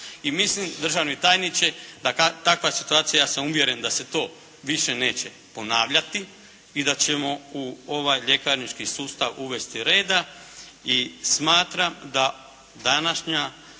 I mislim državni tajniče da takva situacija sam uvjeren da se to više neće ponavljati i da ćemo u ovaj ljekarnički sustav uvesti reda i smatram da današnja,